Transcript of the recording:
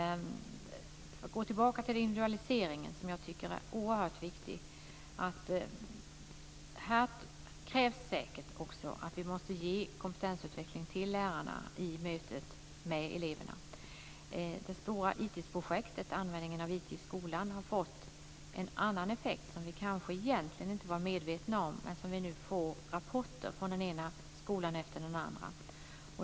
För att gå tillbaka till individualiseringen, som jag tycker är oerhört viktig, krävs säkert också att vi måste ge kompetensutveckling till lärarna i mötet med eleverna. Det stora IT-projektet, användningen av IT i skolan, har fått en annan effekt, som vi kanske inte var medvetna om men som vi nu får rapporter om från den ena skolan efter den andra.